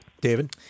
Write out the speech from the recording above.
David